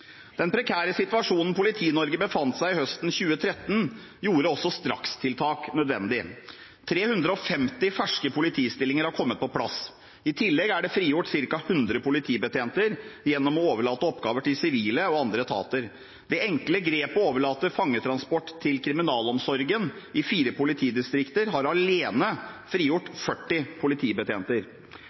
Den prekære situasjonen Politi-Norge befant seg i høsten 2013, gjorde også strakstiltak nødvendig. 350 ferske politistillinger har kommet på plass. I tillegg er det frigjort ca. 100 politibetjenter gjennom å overlate oppgaver til sivile og andre etater. Det enkle grepet med å overlate fangetransport til kriminalomsorgen i fire politidistrikter har alene frigjort 40 politibetjenter.